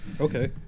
Okay